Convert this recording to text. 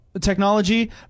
technology